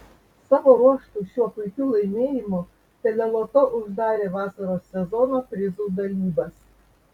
savo ruožtu šiuo puikiu laimėjimu teleloto uždarė vasaros sezono prizų dalybas